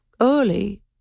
early